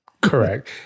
Correct